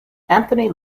anthony